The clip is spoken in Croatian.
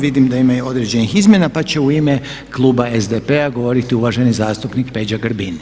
Vidim da ima i određenih izmjena pa će u ime kluba SDP-a govoriti uvaženi zastupnik Peđa Grbin.